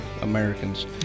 Americans